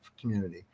community